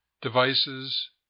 devices